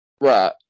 Right